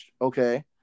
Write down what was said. okay